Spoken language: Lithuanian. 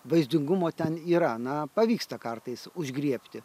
vaizdingumo ten yra na pavyksta kartais užgriebti